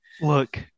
Look